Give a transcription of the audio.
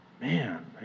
man